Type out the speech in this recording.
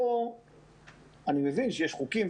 פה אני מבין שיש חוקים,